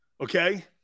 Okay